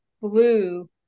blue